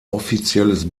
offizielles